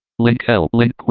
link link